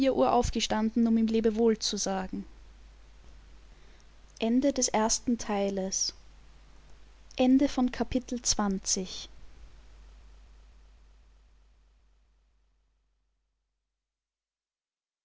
aufgestanden um ihm lebe wohl zu sagen